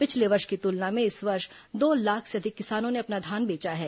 पिछले वर्ष की तुलना में इस वर्ष दो लाख से अधिक किसानों ने अपना धान बेचा है